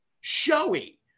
showy